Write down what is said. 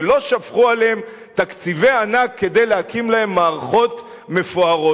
ולא שפכו עליהם תקציבי ענק כדי להקים להם מערכות מפוארות.